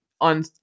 on